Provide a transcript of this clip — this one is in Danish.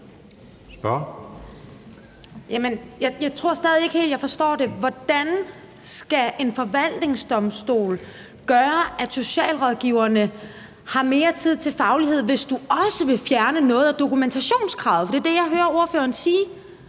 jeg tror stadig væk ikke helt, at jeg forstår det. Hvordan skal en forvaltningsdomstol gøre, at socialrådgiverne har mere tid til faglighed, hvis du også vil fjerne noget af dokumentationskravet? Det er det, jeg hører ordføreren sige.